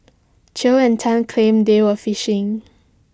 chew and Tan claimed they were fishing